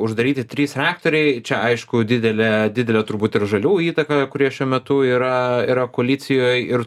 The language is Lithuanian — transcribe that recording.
uždaryti trys reaktoriai čia aišku didelė didelė turbūt ir žaliųjų įtaka kurie šiuo metu yra yra koalicijoj ir